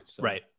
Right